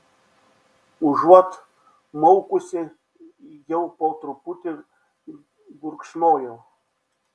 užuot maukusi jau po truputį gurkšnojau